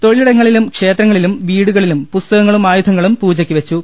തൊഴിലിടങ്ങളിലും ക്ഷേത്രങ്ങളിലും വീടുകളിലും പുസ്ത കങ്ങളും ആയുധങ്ങളും പൂജയ്ക്ക് വെച്ചു